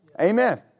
Amen